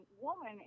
woman